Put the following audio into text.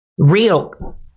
Real